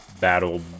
battle